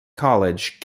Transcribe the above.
college